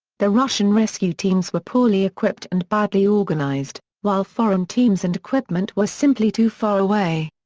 the russian rescue teams were poorly equipped and badly organized, while foreign teams and equipment were simply too far away.